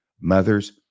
mothers